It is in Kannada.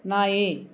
ನಾಯಿ